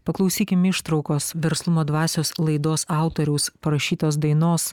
paklausykim ištraukos verslumo dvasios laidos autoriaus parašytos dainos